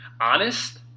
honest